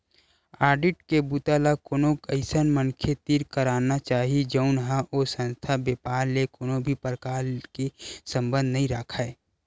audit के बूता ल कोनो अइसन मनखे तीर कराना चाही जउन ह ओ संस्था, बेपार ले कोनो भी परकार के संबंध नइ राखय